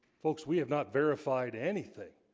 folks we have not verified anything